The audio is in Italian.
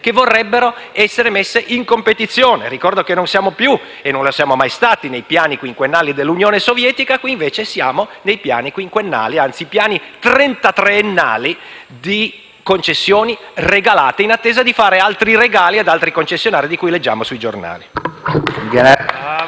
che vorrebbero essere rese competitive. Ricordo che non siamo più - e non lo siamo mai stati - nei piani quinquennali dell'Unione Sovietica; qui siamo invece nei piani quinquennali - anzi, trentatrennali - di concessioni regalate, in attesa di fare altri regali ad altri concessionari, di cui leggiamo sui giornali.